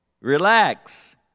Relax